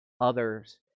others